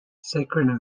sacred